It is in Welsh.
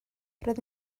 roedd